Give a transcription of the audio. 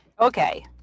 Okay